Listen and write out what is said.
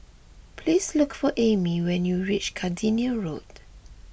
please look for Aimee when you reach Gardenia Road